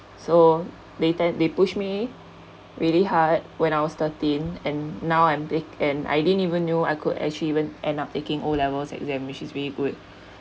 so later they push me really hard when I was thirteen and now I'm and I didn't even know I could actually even end up taking O levels examinations which is really good